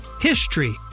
HISTORY